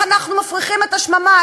איך אנחנו מפריחים את השממה,